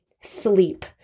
sleep